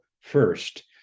first